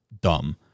dumb